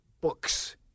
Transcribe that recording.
books